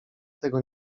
tego